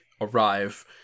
arrive